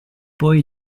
poi